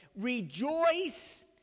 Rejoice